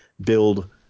build